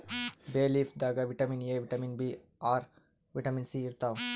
ಬೇ ಲೀಫ್ ದಾಗ್ vitamin A, vitamin B R, vitamin C ಇರ್ತವ್